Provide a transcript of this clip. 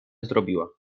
zrobiła